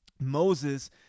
Moses